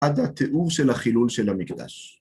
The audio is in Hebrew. עד התיאור של החילול של המקדש.